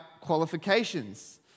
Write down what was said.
qualifications